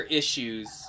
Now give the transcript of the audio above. issues